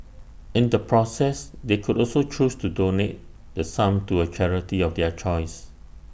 in the process they could also choose to donate the sum to A charity of their choice